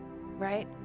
right